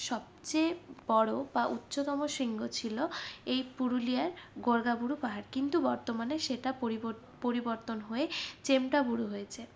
সবচেয়ে বড় বা উচ্চতম শৃঙ্গ ছিল এই পুরুলিয়ার গোরগাবুরু পাহাড় কিন্তু বর্তমানে সেটা পরি পরিবর্তন হয়ে চেমটাবুরু হয়েছে